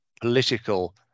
political